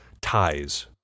ties